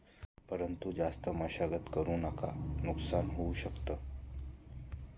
परंतु जास्त मशागत करु नका नुकसान होऊ शकत